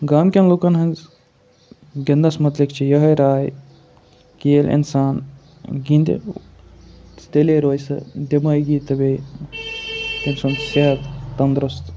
گامٕکٮ۪ن لُکَن ہِںٛز گِنٛدنَس متعلق چھِ یِہٕے راے کہِ ییٚلہِ اِنسان گِنٛدِ تیٚلے روزِ سُہ دٮ۪مٲغی تہٕ بیٚیہِ تٔمۍ سُنٛد صحت تنٛدرُست